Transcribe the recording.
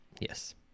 Yes